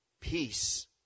peace